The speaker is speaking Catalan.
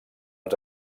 els